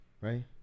right